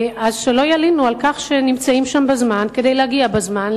אז שלא ילינו על כך שנמצאים שם בזמן כדי להגיע בזמן,